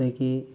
ꯑꯗꯒꯤ